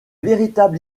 véritable